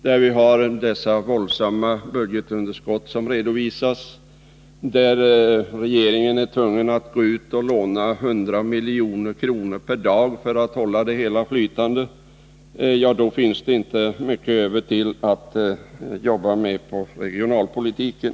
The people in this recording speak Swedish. Det redovisas våldsamma budgetunderskott, och regeringen är tvungen att låna 100 milj.kr. per dag för att hålla det hela flytande. Då blir det inte mycket över för arbete med regionalpolitiken.